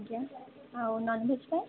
ଆଜ୍ଞା ଆଉ ନନଭେଜ୍ ପାଇଁ